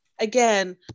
again